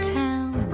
town